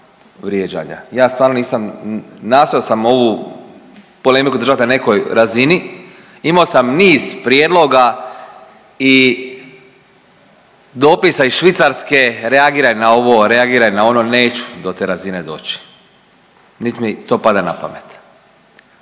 Ja stvarno nisam, nastojao sam ovu polemiku držati na nekoj razini, imao sam niz prijedloga i dopisa iz Švicarske, reagiraj na ovo, reagiraj na ono, neću do te razine doći. Niti mi to pada na pamet.